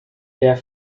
der